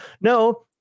No